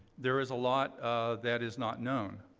there is a lot that is not known.